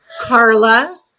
Carla